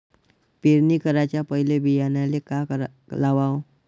पेरणी कराच्या पयले बियान्याले का लावाव?